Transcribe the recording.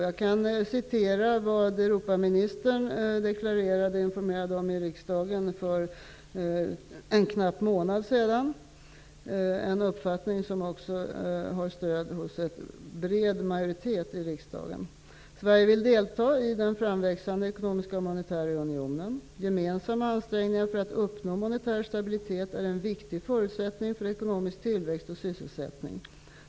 Jag kan citera vad Europaministern deklarerade här i riksdagen för en knapp månad sedan, en uppfattning som också har stöd hos en bred majoritet i riksdagen: ''Sverige vill delta i den framväxande Ekonomiska och Monetära Unionen . Gemensamma ansträngningar för att uppnå monetär stabilitet är en viktig förutsättning för ekonomisk tillväxt och sysselsättning.